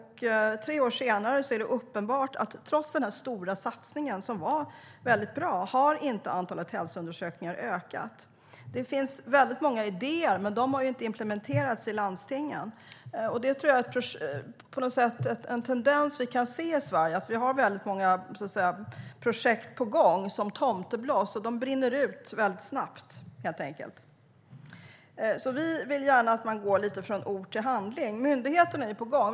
Tre år senare är det uppenbart att antalet hälsoundersökningar inte har ökat trots den stora satsningen, som var väldigt bra. Det finns många idéer, men de har inte implementerats i landstingen. Det tror jag är en tendens vi kan se i Sverige. Vi har många projekt på gång som är som tomtebloss. De brinner väldigt kort tid, helt enkelt. Vi vill gärna att man går från ord till handling. Myndigheterna är på gång.